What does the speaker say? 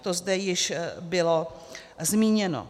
To zde již bylo zmíněno.